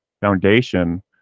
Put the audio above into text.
foundation